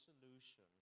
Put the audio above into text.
solution